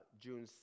June